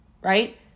right